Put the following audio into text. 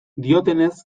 diotenez